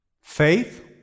faith